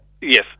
Yes